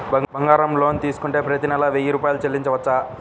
బంగారం లోన్ తీసుకుంటే ప్రతి నెల వెయ్యి రూపాయలు చెల్లించవచ్చా?